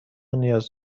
نیاز